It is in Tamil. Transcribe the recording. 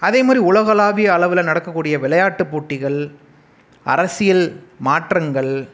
அதேமாரி உலகளாவிய அளவில் நடக்க கூடிய விளையாட்டு போட்டிகள் அரசியல் மாற்றங்கள்